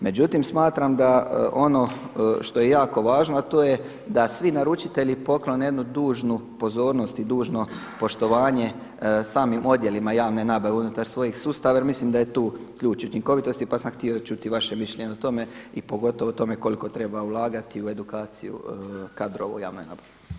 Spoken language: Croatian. Međutim smatram da ono što je jako važno, a to je da svi naručitelji poklone jednu dužnu pozornost i dužno poštovanje samim odjelima javne nabave unutar svojih sustava jer mislim da je tu ključ učinkovitosti pa sam htio čuti vaše mišljenje o tome i pogotovo o tome koliko treba ulagati u edukaciju kadrova u javnoj nabavi.